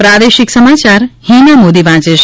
પ્રાદેશિક સમાચાર હિના મોદી વાંચે છે